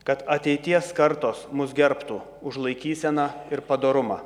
kad ateities kartos mus gerbtų už laikyseną ir padorumą